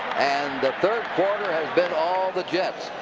and the third quarter has been all the jets.